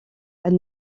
elle